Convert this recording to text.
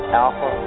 alpha